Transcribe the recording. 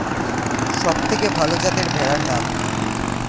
সবথেকে ভালো যাতে ভেড়ার নাম কি?